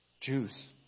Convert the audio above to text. Jews